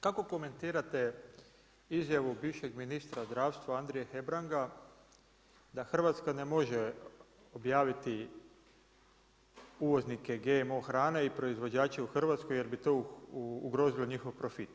Kako komentirate izjavu bivšeg ministra zdravstva Andrije Hebranga da Hrvatska ne može objaviti uvoznike GMO hrane i proizvođače u Hrvatskoj jer bi to ugrozilo njihov profit?